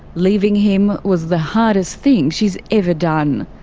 leaving him was the hardest thing she's ever done.